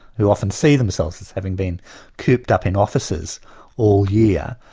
who often see themselves as having been cooped up in offices all year,